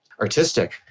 artistic